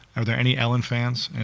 are there any ellen fans? and